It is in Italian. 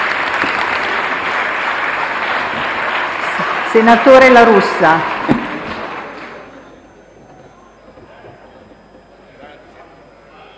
Senatore La Russa,